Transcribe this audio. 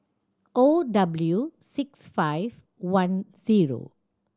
O W six five I zero